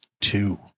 two